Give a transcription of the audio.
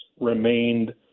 remained